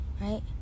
Right